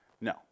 No